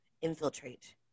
infiltrate